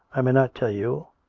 i may not tell you,